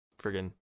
friggin